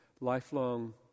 lifelong